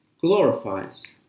glorifies